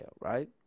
right